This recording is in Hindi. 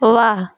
वाह